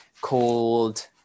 called